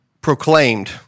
proclaimed